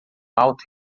alto